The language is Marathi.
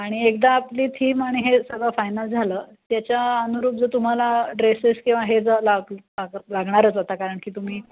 आणि एकदा आपली थीम आणि हे सगळं फायनल झालं त्याच्या अनुरूप जर तुम्हाला ड्रेसेस किंवा हे जर लाग लाग लागणारच आता कारण की तुम्ही